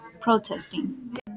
protesting